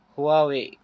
Huawei